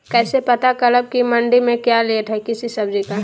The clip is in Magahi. कैसे पता करब की मंडी में क्या रेट है किसी सब्जी का?